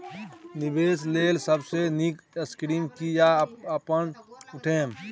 निवेश लेल सबसे नींक स्कीम की या अपन उठैम?